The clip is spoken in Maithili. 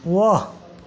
वाह